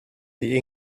the